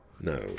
No